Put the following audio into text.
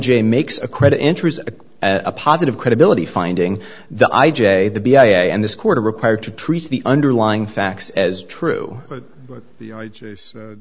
j makes a credit enters a positive credibility finding the i j b i and this quarter required to treat the underlying facts as true